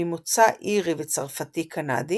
ממוצא אירי וצרפתי-קנדי,